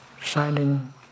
shining